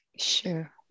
Sure